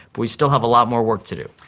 but we still have a lot more work to do.